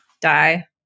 Die